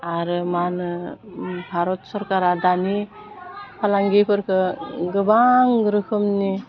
आरो मा होनो भारत सरकारा दानि फालांगिफोरखौ गोबां रोखोमनि